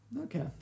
Okay